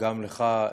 וגם לך,